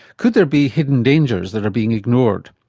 could there be hidden dangers that are being ignored?